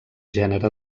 gènere